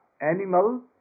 animal